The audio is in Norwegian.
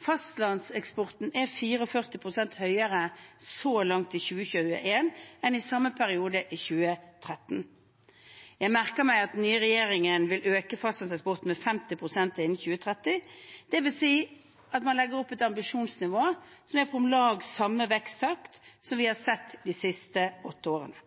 så langt i 2021 44 pst. høyere enn i samme periode i 2013. Jeg merker meg at den nye regjeringen vil øke fastlandseksporten med 50 pst. innen 2030. Det vil si at man legger opp til et ambisjonsnivå som er på om lag samme veksttakt som vi har sett de siste åtte årene.